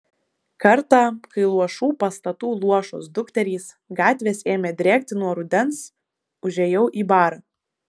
kartą kai luošų pastatų luošos dukterys gatvės ėmė drėkti nuo rudens užėjau į barą